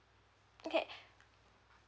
okay